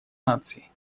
наций